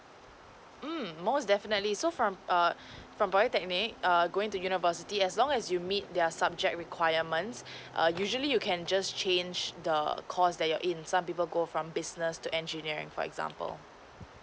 mm most definitely so from err from polytechnic err going to university as long as you meet their subject requirements err usually you can just change the course that you're in some people go from business to engineering for example